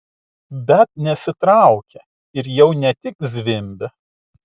bet nesitraukia ir jau ne tik zvimbia